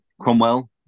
Cromwell